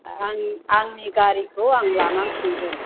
आं आंनि गारिखौ आं लानानै थांगोन